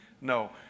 No